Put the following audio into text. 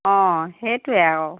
অঁ সেইটোৱে আৰু